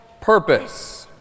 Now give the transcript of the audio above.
purpose